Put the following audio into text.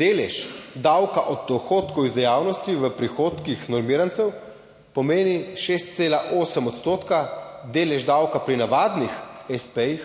Delež davka od dohodkov iz dejavnosti v prihodkih normirancev pomeni 6,8 odstotka, delež davka pri navadnih s. p.-jih